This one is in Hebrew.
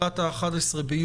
לקראת ה-11.7,